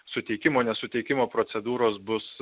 suteikimo nesuteikimo procedūros bus